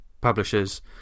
publishers